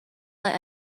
let